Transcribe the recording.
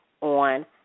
on